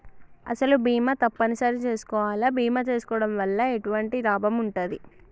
అసలు బీమా తప్పని సరి చేసుకోవాలా? బీమా చేసుకోవడం వల్ల ఎటువంటి లాభం ఉంటది?